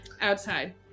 outside